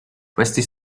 questi